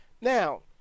Now